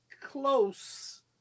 close